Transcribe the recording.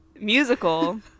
musical